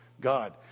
god